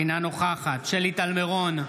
אינה נוכחת שלי טל מירון,